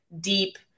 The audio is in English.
deep